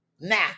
now